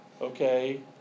okay